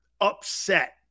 upset